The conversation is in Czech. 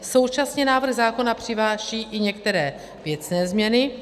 Současně návrh zákona přináší i některé věcné změny.